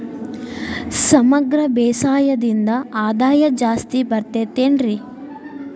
ಸಮಗ್ರ ಬೇಸಾಯದಿಂದ ಆದಾಯ ಜಾಸ್ತಿ ಬರತೈತೇನ್ರಿ?